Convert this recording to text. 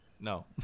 No